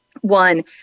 One